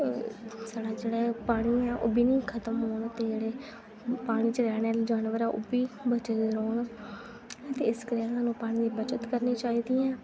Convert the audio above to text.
साढ़ा जेह्ड़ा पानी ऐ ओह् बी निं खत्म होन ते जेह्ड़े पानी च रौंह्नें आह्ले जानवर ओह् बी रौह्न ते इस करियै सानूं पानी दी बचत करनी चाहिदी ऐ